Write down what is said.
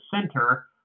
center